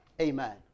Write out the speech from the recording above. Amen